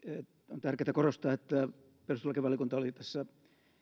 on tärkeätä korostaa että perustuslakivaliokunta oli tässä